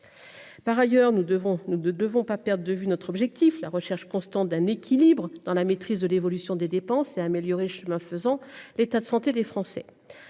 dotations. Nous ne devons pas perdre de vue notre objectif : la recherche constante d’un équilibre dans la maîtrise de l’évolution des dépenses pour améliorer, chemin faisant, l’état de santé des Français.